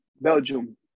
Belgium